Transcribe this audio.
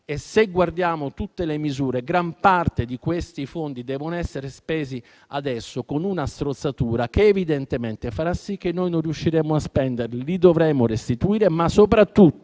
Se guardiamo tutte le misure, gran parte di questi fondi devono essere spesi adesso con una strozzatura che evidentemente farà sì che noi non riusciremo a spenderli, li dovremo restituire, ma soprattutto